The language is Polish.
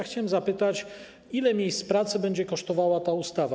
Chciałem zapytać, ile miejsc pracy będzie kosztowała ta ustawa.